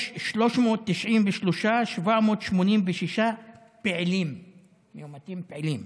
יש 393,786 מאומתים פעילים,